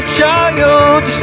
child